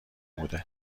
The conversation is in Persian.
بوده